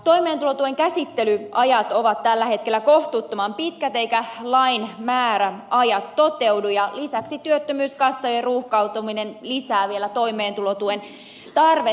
toimeentulotuen käsittelyajat ovat tällä hetkellä kohtuuttoman pitkät eivätkä lain määräajat toteudu ja lisäksi työttömyyskassojen ruuhkautuminen lisää vielä toimeentulotuen tarvetta joten kysyisinkin